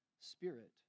spirit